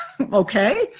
okay